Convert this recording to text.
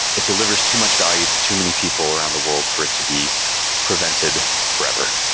it delivers too much value to too many people around the world for it to be prevented forever.